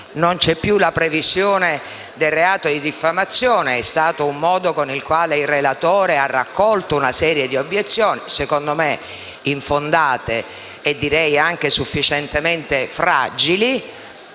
Non c'è più la previsione del reato di diffamazione; è stato un modo con il quale il relatore ha raccolto una serie di obiezioni, a mio avviso, infondate e direi anche piuttosto fragili.